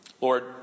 Lord